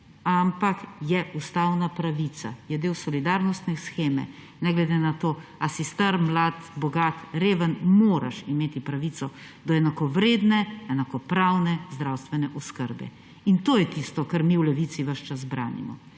ampak je ustavna pravica, je del solidarnostne sheme. Ne glede na to, ali si star, mlad, bogat, reven, moraš imeti pravico do enakovredne, enakopravne zdravstvene oskrbe. In to je tisto, kar mi v Levici ves čas branimo.